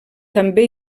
també